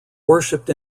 worshiped